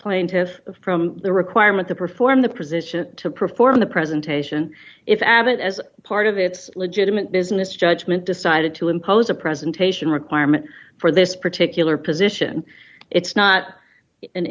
plaintiff from the requirement to perform the position to perform the presentation if abbott as part of its legitimate business judgment decided to impose a presentation requirement for this particular position it's not